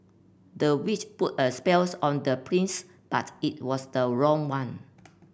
the witch put a spells on the prince but it was the wrong one